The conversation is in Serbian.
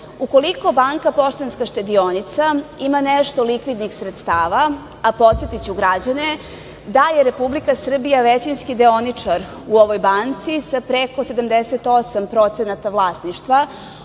Banka Poštanska štedionica ima nešto likvidnih sredstava, a podsetiću građane da je Republika Srbija većinski deoničar u ovoj banci, sa preko 78% vlasništva,